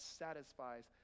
satisfies